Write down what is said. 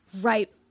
Right